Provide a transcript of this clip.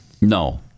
No